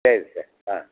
ಸರಿ ಸರ್ ಹಾಂ